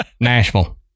Nashville